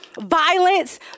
violence